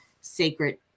sacred